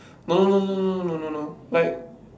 no no no no no no no like